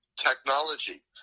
technology